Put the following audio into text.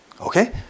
Okay